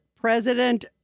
President